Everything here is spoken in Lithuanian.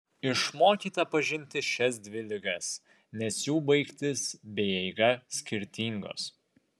išmokite pažinti šias dvi ligas nes jų baigtis bei eiga skirtingos